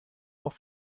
auf